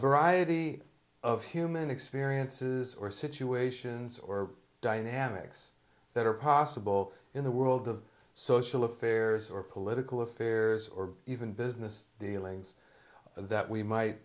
variety of human experiences or situations or dynamics that are possible in the world of social affairs or political affairs or even business dealings that we might